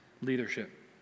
leadership